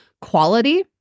quality